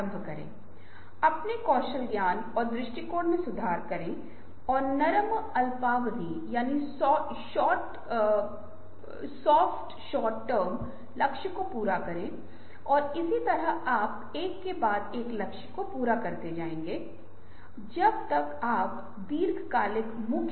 इसी तरह विचारों की सफलता और क्रमिक निस्पंदन है जो बनाता है कि यह एक फ़नल प्रकार की विचार पीढ़ी की तरह है जहां लोगों के समूह को दो तीन छोटे समूहों या चार या पांच सदस्यों में विघटित किया जाएगा और एक समस्या दी जाएगी